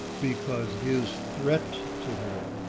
because his threat to her